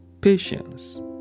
patience